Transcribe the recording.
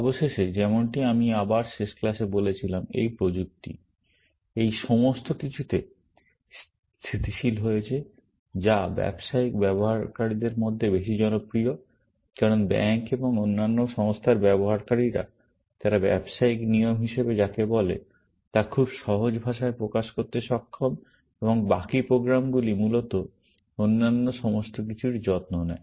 অবশেষে যেমনটি আমি আমার শেষ ক্লাসে বলেছিলাম এই প্রযুক্তি এই সমস্ত কিছুতে স্থিতিশীল হয়েছে যা ব্যবসায়িক ব্যবহারকারীদের মধ্যে বেশি জনপ্রিয় কারণ ব্যাঙ্ক এবং অন্যান্য সংস্থার ব্যবহারকারীরা তারা ব্যবসায়িক নিয়ম হিসাবে যাকে বলে তা খুব সহজ ভাষায় প্রকাশ করতে সক্ষম এবং বাকি প্রোগ্রামগুলি মূলত অন্যান্য সমস্ত কিছুর যত্ন নেয়